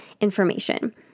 information